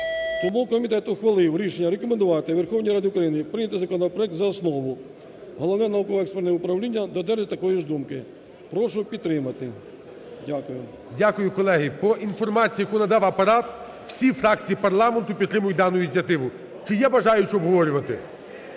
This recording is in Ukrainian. Тому комітет ухвалив рішення рекомендувати Верховній Раді України прийняти законопроект за основу. Головне науково-експертне управління додержується такої ж думки. Прошу підтримати. Дякую. ГОЛОВУЮЧИЙ. Дякую. Колеги, по інформації, яку надав Апарат, всі фракції парламенту підтримують дану ініціативу. Чи є бажаючі обговорювати?